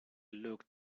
looked